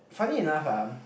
funny enough ah